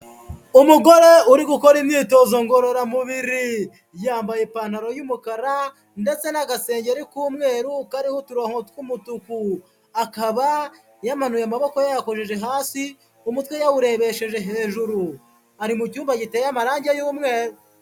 Umugore uri gukora imyitozo ngororamubiri, yambaye ipantaro y'umukara, ndetse n'agasengi k'umweru kariho uturongo tw'umutuku. Akaba yamanuye amaboko yayakoresheje hasi, umutwe yawurebesheje hejuru. Ari mu cyumba giteye amarange y'umweru.